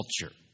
culture